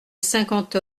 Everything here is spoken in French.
cinquante